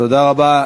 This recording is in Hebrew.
תודה רבה,